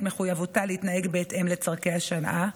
מחויבותה להתנהג בהתאם לצורכי השעה,